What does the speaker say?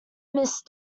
missed